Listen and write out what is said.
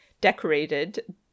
decorated